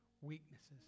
weaknesses